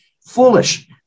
foolish